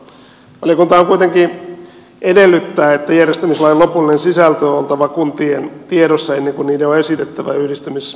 valiokunta kuitenkin edellyttää että järjestämislain lopullisen sisällön on oltava kuntien tiedossa ennen kuin niiden on esitettävä yhdistämisselvityksensä